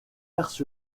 les